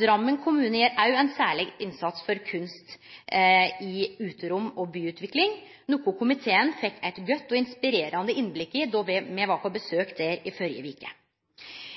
Drammen kommune gjer òg ein særleg innsats for kunst i uterom og byutvikling, noko komiteen fekk eit godt og inspirerande innblikk i då me var på besøk der i førre veke.